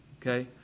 Okay